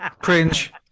cringe